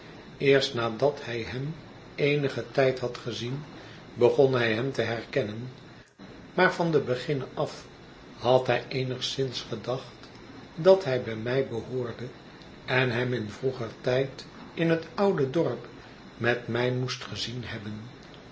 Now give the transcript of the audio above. eerst nadat hij hem eenigen tijd had gezien begon hij hem te herkennen maar van den beginne af had hij eenigszins gedacht dat hij bij mij behoorde en hem in vroeger tijd in het oude dorp met mij moest gezien hebben